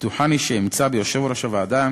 בטוחני שאמצא ביושב-ראש הוועדה